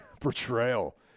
portrayal